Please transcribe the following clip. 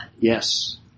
Yes